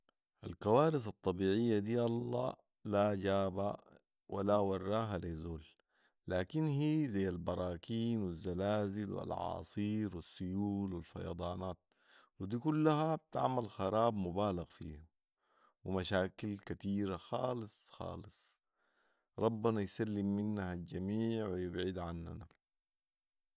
الكوارس الطبيعيه دي الله لا جابها ولا وراها لي زول .لكن هي ذي البراكين و الزلازل و الاعاصير و السيول و الفيضانات ودي كلها بتعمل خراب مبالغ فيه ومشاكل كتيره خالص خالص .ربنا يسلم منها الجميع ويبعدها عننا